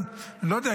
אני לא יודע,